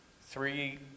Three